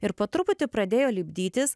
ir po truputį pradėjo lipdytis